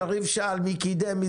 יריב שאל, מי קידם.